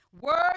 Words